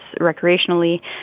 recreationally